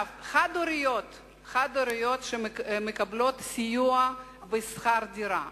משפחות חד-הוריות שמקבלות סיוע בשכר דירה,